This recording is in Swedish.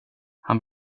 han